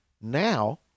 now